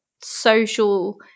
social